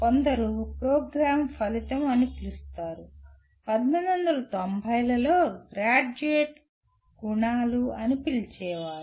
కొందరు ప్రోగ్రామ్ ఫలితం అని పిలుస్తారు 1990 ల లో గ్రాడ్యుయేట్ గుణాలు అని పిలిచేవారు